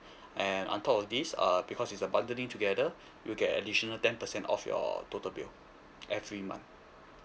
and on top of this uh because it's a bundling together you get additional ten percent off your total bill every month